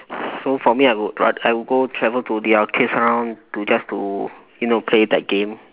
so for me I would rather I would go travel to the arcades around to just to you know play that game